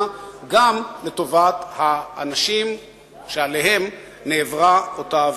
גם לטובת האנשים שעליהם נעברה אותה עבירה.